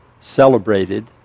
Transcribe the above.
celebrated